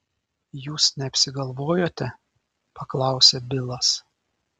jūs neapsigalvojote paklausė bilas